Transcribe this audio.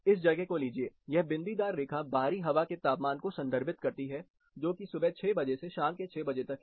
इस जगह को लीजिए यह बिंदीदार रेखा बाहरी हवा के तापमान को संदर्भित करती है जो कि सुबह 600 बजे से शाम के 600 बजे तक है